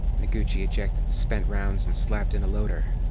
noguchi ejected the spent rounds and slapped in a loader.